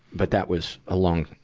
but that was a long,